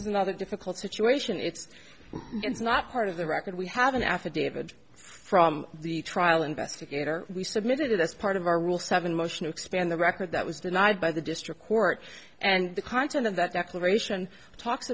another difficult situation it's not part of the record we have an affidavit from the trial investigator we submitted it as part of our rule seven motion expand the record that was denied by the district court and the content of that declaration talk